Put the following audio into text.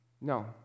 No